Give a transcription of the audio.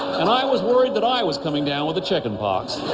and i was worried that i was coming down with the chicken pox.